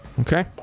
Okay